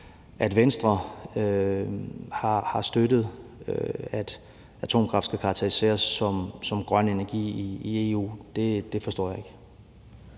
at Venstre har støttet, at atomkraft kan karakteriseres som grøn energi i EU. Det forstår jeg ikke.